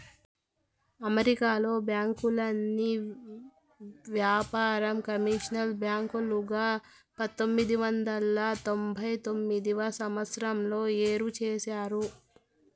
అమెరికాలో బ్యాంకుల్ని వ్యాపార, కమర్షియల్ బ్యాంకులుగా పంతొమ్మిది వందల తొంభై తొమ్మిదవ సంవచ్చరంలో ఏరు చేసినారు